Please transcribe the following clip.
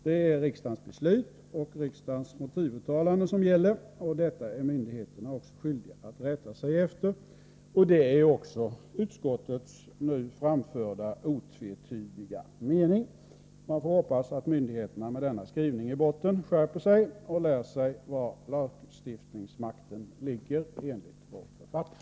Det är riksdagens beslut och riksdagens motivuttalande som gäller, och detta är myndigheterna också skyldiga att rätta sig efter. Detta är också utskottets nu framförda, otvetydiga mening. Man får hoppas att myndigheterna med denna skrivning i botten skärper sig och lär sig var lagstiftningsmakten ligger enligt vår författning.